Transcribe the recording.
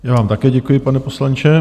Já vám také děkuji, pane poslanče.